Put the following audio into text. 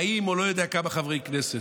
40 או לא יודע כמה חברי כנסת.